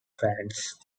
fans